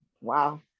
Wow